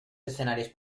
escenarios